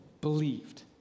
believed